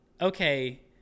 okay